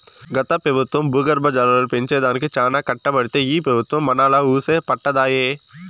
గత పెబుత్వం భూగర్భ జలాలు పెంచే దానికి చానా కట్టబడితే ఈ పెబుత్వం మనాలా వూసే పట్టదాయె